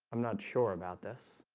i'm not sure about this.